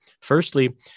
Firstly